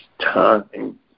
time